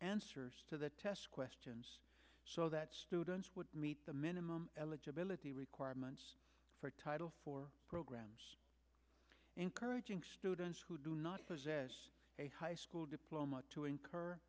answers to the test questions so that students would meet the minimum eligibility requirements for title for programs encouraging students who do not possess a high school diploma to incur